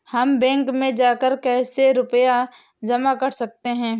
हम बैंक में जाकर कैसे रुपया जमा कर सकते हैं?